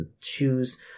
choose